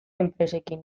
enpresekin